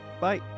bye